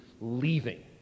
leaving